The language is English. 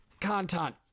content